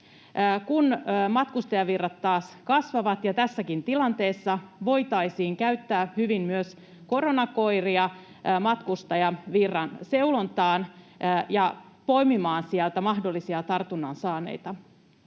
Kun matkustajavirrat taas kasvavat, ja tässäkin tilanteessa, voitaisiin käyttää hyvin myös koronakoiria matkustajavirran seulontaan ja poimimaan sieltä mahdollisia tartunnan saaneita.